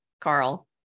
Carl